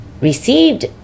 Received